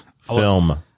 Film